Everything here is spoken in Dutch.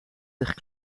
ligt